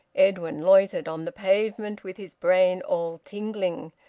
edwin loitered on the pavement, with his brain all tingling,